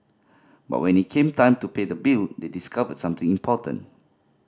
but when it came time to pay the bill they discovered something important